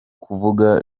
kuvuga